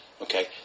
Okay